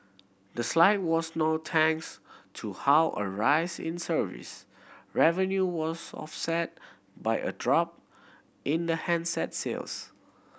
the slide was no thanks to how a rise in service revenue was offset by a drop in the handset sales